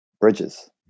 bridges